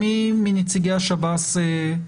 בבקשה, השב"ס.